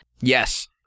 Yes